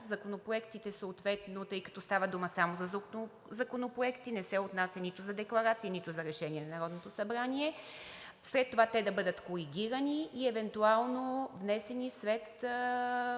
Законопроектите съответно, тъй като става дума само за законопроекти – не се отнася нито за декларации, нито за решения на Народното събрание – след това да бъдат коригирани и евентуално внесени след вземане